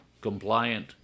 compliant